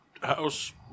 house